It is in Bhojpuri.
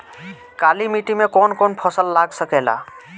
काली मिट्टी मे कौन कौन फसल लाग सकेला?